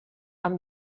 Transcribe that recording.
amb